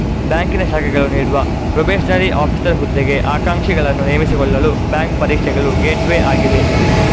ಬ್ಯಾಂಕಿನ ಶಾಖೆಗಳು ನೀಡುವ ಪ್ರೊಬೇಷನರಿ ಆಫೀಸರ್ ಹುದ್ದೆಗೆ ಆಕಾಂಕ್ಷಿಗಳನ್ನು ನೇಮಿಸಿಕೊಳ್ಳಲು ಬ್ಯಾಂಕು ಪರೀಕ್ಷೆಗಳು ಗೇಟ್ವೇ ಆಗಿದೆ